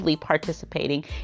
participating